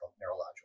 neurological